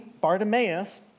Bartimaeus